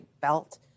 belt